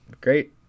great